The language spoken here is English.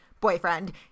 boyfriend